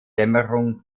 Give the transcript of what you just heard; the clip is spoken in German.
dämmerung